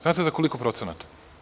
Znate li za koliko procenata?